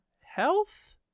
health